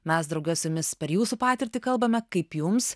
mes drauge su jumis per jūsų patirtį kalbame kaip jums